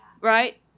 Right